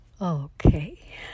Okay